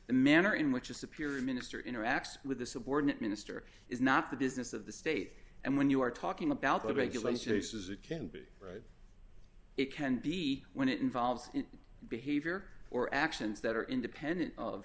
the manner in which a superior minister interacts with the subordinate minister is not the business of the state and when you are talking about the regulation he says it can be right it can be when it involves behavior or actions that are independent of